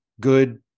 good